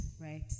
right